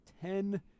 ten